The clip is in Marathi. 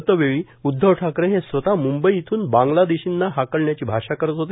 गतवेळी उध्दव ठाकरे हे स्वत मूंबई येथून बांगलादेशींना हाकलण्याची भाषा करत होते